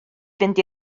fynd